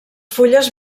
fulles